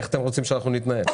איך אתם רוצים שאנחנו נתנהג?